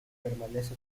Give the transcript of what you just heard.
permanece